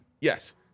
Yes